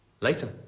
later